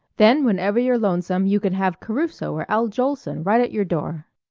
then whenever you're lonesome you can have caruso or al jolson right at your door.